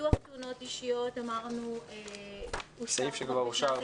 ביטוח תאונות אישיות, אמרנו -- סעיף שכבר אושר.